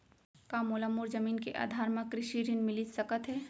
का मोला मोर जमीन के आधार म कृषि ऋण मिलिस सकत हे?